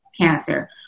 cancer